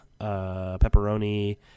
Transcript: pepperoni